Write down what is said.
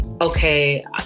okay